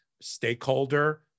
stakeholder